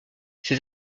ses